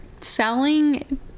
selling